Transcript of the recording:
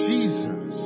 Jesus